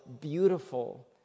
beautiful